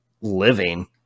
living